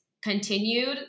continued